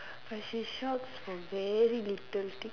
but she shouts for very little thing